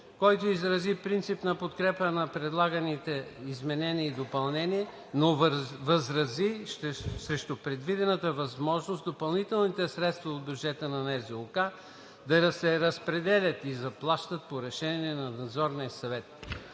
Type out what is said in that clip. който изрази принципна подкрепа за предлаганите изменения и допълнения, но възрази срещу предвидената възможност допълнителните средства по бюджета на НЗОК да се разпределят и заплащат по решение на Надзорния съвет.